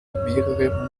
mehrere